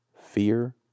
Fear